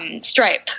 Stripe